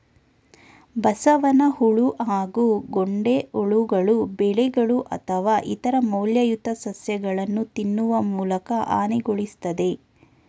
ಬಸವನಹುಳು ಹಾಗೂ ಗೊಂಡೆಹುಳುಗಳು ಬೆಳೆಗಳು ಅಥವಾ ಇತರ ಮೌಲ್ಯಯುತ ಸಸ್ಯಗಳನ್ನು ತಿನ್ನುವ ಮೂಲಕ ಹಾನಿಗೊಳಿಸ್ತದೆ